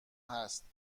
هست